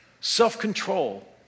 Self-control